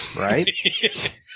right